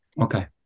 Okay